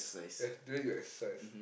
yes during your exercise